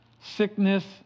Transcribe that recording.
Sickness